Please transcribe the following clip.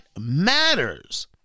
matters